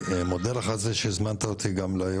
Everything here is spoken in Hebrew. אני מודה לך גם על זה שהזמנת אותי לאירוע